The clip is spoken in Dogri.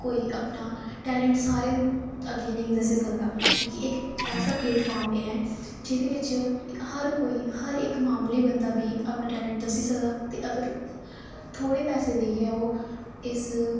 कोई अपना टैलेंट सारें अग्गें नेईं दस्सी सकदा क्योंकि इक ऐसा प्लेटफार्म ऐ जेह्दे बिच हर कोई हर इक मामूली बंदा बी अपना टैलेंट दस्सी सकदा ते अगर थोह्ड़े पैसे देइयै ओह् इस